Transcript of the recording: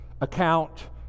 account